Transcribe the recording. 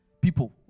people